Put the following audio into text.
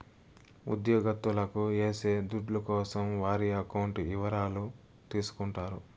ఉద్యోగత్తులకు ఏసే దుడ్ల కోసం వారి అకౌంట్ ఇవరాలు తీసుకుంటారు